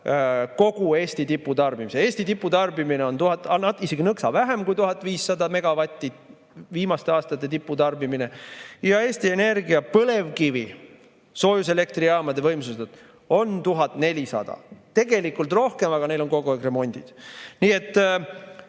kogu Eesti tiputarbimise. Eesti tiputarbimine on 1500 või isegi nõksa vähem kui 1500 megavatti – viimaste aastate tiputarbimine. Eesti Energia põlevkivi soojuselektrijaamade võimsus on 1400 [megavatti], tegelikult rohkemgi, aga neil on kogu aeg remondid. Nii et